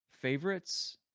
favorites